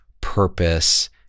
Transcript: purpose